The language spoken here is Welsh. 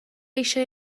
eisiau